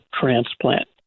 transplant